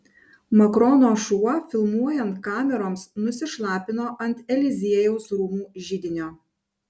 makrono šuo filmuojant kameroms nusišlapino ant eliziejaus rūmų židinio